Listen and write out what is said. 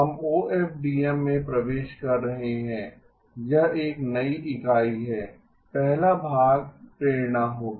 हम ओएफडीएम में प्रवेश कर रहे हैं यह एक नई इकाई है पहला भाग प्रेरणा होगा